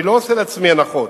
אני לא עושה לעצמי הנחות.